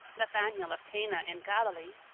nathanael of cana in galilee,